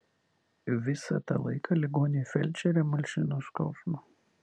visą tą laiką ligoniui felčerė malšino skausmą